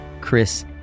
Chris